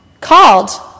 called